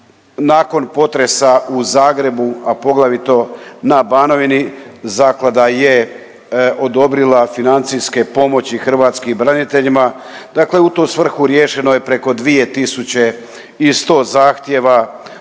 nakon potresa u Zagrebu, a poglavito na Banovini zaklada je odobrila financijske pomoći hrvatskim braniteljima, dakle u tu svrhu riješeno je preko 2 tisuće